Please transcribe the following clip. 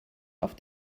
auf